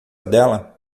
dela